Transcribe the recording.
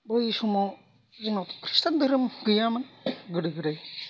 बै समाव जोंनाव ख्रिस्टान धोरोम गैयामोन गोदो गोदाय